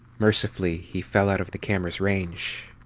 mercifully, he fell out of the camera's range.